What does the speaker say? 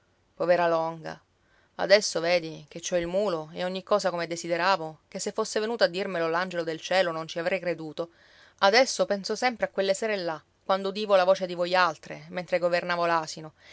povera longa adesso vedi che ci ho il mulo e ogni cosa come desideravo che se fosse venuto a dirmelo l'angelo del cielo non ci avrei creduto adesso penso sempre a quelle sere là quando udivo la voce di voialtre mentre governavo